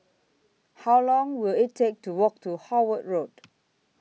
How Long Will IT Take to Walk to Howard Road